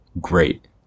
great